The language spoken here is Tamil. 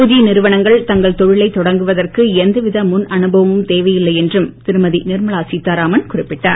புதிய நிறுவனங்கள் தங்கள் தொழிலைத் தொடங்குவதற்கு எந்தவித முன் அனுபவமும் தேவையில்லை என்றும் திருமதி நிர்மலா சீதாராமன் குறிப்பிட்டார்